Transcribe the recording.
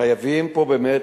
חייבים פה, באמת,